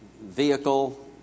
vehicle